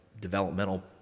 developmental